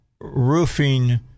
roofing